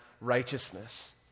righteousness